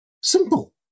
Simple